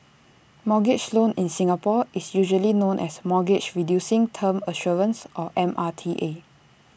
mortgage loan in Singapore is usually known as mortgage reducing term assurance or M R T A